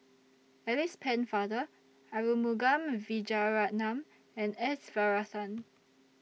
Alice Pennefather Arumugam Vijiaratnam and S Varathan